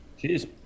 Cheers